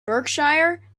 berkshire